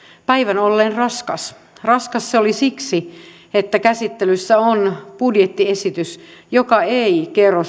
päivän olleen raskas raskas se oli siksi että käsittelyssä on budjettiesitys joka ei kerro